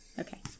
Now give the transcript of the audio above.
Okay